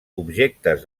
objectes